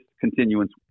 continuance